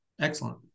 Excellent